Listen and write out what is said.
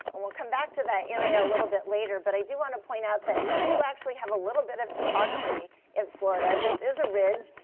and we'll come back to that area a little bit later, but i do want to point out that we do actually have a little bit of topography in florida. this is a ridge.